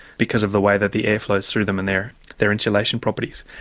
because of the way that the air flows through them and their their insulation properties.